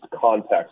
context